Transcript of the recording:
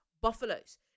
buffaloes